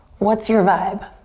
what's your vibe?